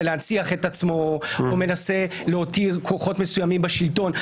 להנציח את עצמו ולא מנסה להותיר כוחות מסוימים בשלטון.